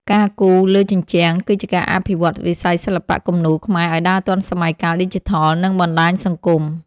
ការគូរលើជញ្ជាំងគឺជាការអភិវឌ្ឍវិស័យសិល្បៈគំនូរខ្មែរឱ្យដើរទាន់សម័យកាលឌីជីថល និងបណ្ដាញសង្គម។